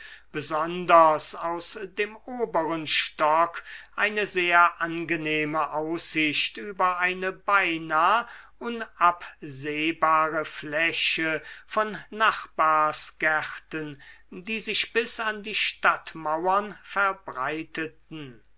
besonders aus dem oberen stock eine sehr angenehme aussicht über eine beinah unabsehbare fläche von nachbarsgärten die sich bis an die stadtmauern verbreiteten